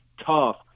tough